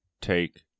take